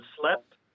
slept